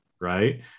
right